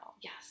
Yes